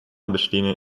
bestehenden